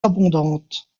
abondante